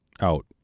out